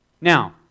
Now